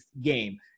game